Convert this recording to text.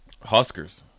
Huskers